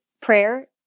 prayer